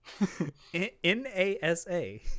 NASA